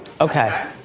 Okay